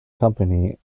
company